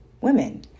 women